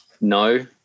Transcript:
No